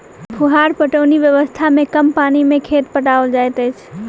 फुहार पटौनी व्यवस्था मे कम पानि मे खेत पटाओल जाइत अछि